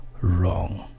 wrong